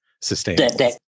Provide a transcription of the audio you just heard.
Sustainable